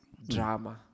drama